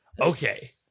Okay